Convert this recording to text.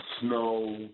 snow